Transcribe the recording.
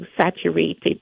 saturated